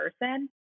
person